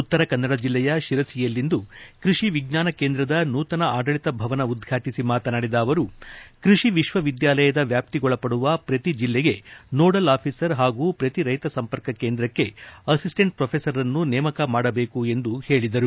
ಉತ್ತರಕನ್ನಡ ಜಿಲ್ಲೆಯ ಶಿರಸಿಯಲ್ಲಿಂದು ಕೈಷಿ ವಿಜ್ಞಾನ ಕೇಂದ್ರದ ನೂತನ ಆಡಳಿತ ಭವನ ಉದ್ಘಾಟಿಸಿ ಮಾತನಾಡಿದ ಅವರು ಕೈಷಿ ವಿಶ್ವವಿದ್ಯಾಲಯದ ವ್ಯಾಪ್ತಿಗೊಳಪಡುವ ಪ್ರತಿ ಜಿಲ್ಲೆಗೆ ನೋಡಲ್ ಆಫೀಸರ್ ಹಾಗೂ ಪ್ರತಿ ರೈತ ಸಂಪರ್ಕ ಕೇಂದ್ರಕ್ಷಿ ಅಸಿಸ್ಸೆಂಟ್ ಪ್ರೊಫೆಸರ್ರನ್ನು ನೇಮಕ ಮಾಡಬೇಕು ಎಂದು ಅವರು ಹೇಳಿದರು